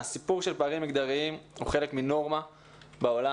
הסיפור של פערים מגדריים הוא חלק מנורמה בעולם,